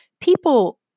people